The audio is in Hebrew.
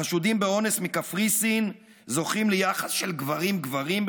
החשודים באונס מקפריסין זוכים ליחס של "גברים-גברים",